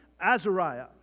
Azariah